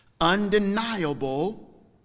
undeniable